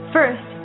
First